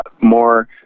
more